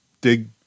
dig